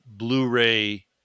Blu-ray